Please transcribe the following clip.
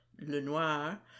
Lenoir